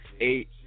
eight